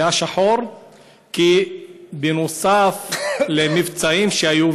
הוא היה שחור כי נוסף על מבצעים שהיו,